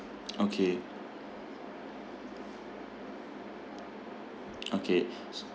okay okay so